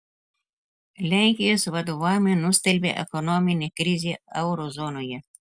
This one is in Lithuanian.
lenkijos vadovavimą nustelbė ekonominė krizė euro zonoje